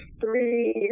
three